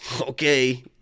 Okay